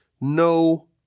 no